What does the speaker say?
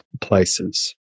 places